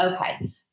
okay